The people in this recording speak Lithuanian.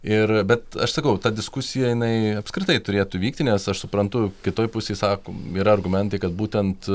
ir bet aš sakau ta diskusija jinai apskritai turėtų vykti nes aš suprantu kitoj pusėj sak yra argumentai kad būtent